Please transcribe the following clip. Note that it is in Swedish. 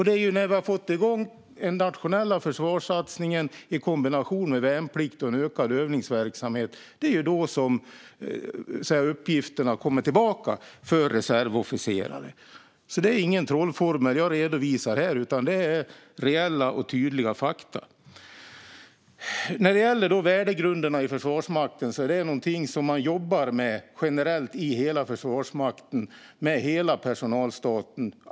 Det är när vi har fått igång den nationella försvarssatsningen, i kombination med värnplikt och en ökad övningsverksamhet, som uppgifterna kommer tillbaka för reservofficerare. Det är alltså ingen trollformel jag redovisar här, utan det är reella och tydliga fakta. När det gäller värdegrunderna i Försvarsmakten är det någonting man jobbar med generellt i hela Försvarsmakten, med hela personalstaben.